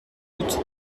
doute